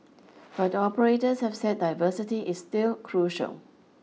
but operators have said diversity is still crucial